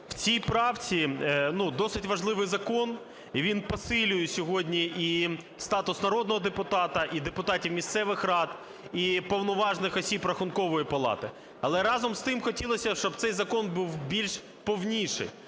в цій правці... Досить важливий закон і він посилює сьогодні і статус народного депутата, і депутатів місцевих рад, і повноважних осіб Рахункової палати. Але разом з тим хотілося б, щоб цей закон був більш повніший.